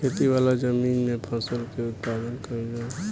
खेती वाला जमीन में फसल के उत्पादन कईल जाला